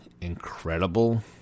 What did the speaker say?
incredible